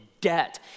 debt